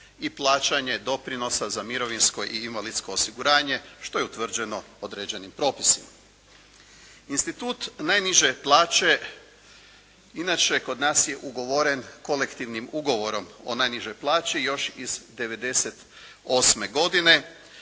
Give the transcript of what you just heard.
i plaćanje doprinosa za mirovinsko i invalidsko osiguranje što je utvrđeno određenim propisima. Institut najniže plaće inače kod nas je ugovoren Kolektivnim ugovorom o najnižoj plaći još iz '98. godine,